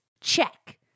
check